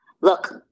Look